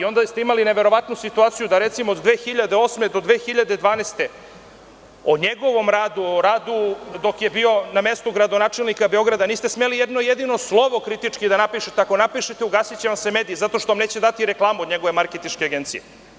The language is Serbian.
Onda ste imali neverovatnu situaciju da recimo od 2008. godine do 2012. godine o njegovom radu, o radu dok je bio na mestu gradonačelnika Beograda niste smeli nijedno jedino slovo kritički da napišete, jer ako napišete ugasiće vam se mediji, zato što vam neće dati reklamu od njegove marketinške agencije.